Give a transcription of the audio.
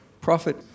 profit